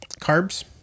carbs